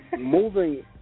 moving